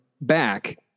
back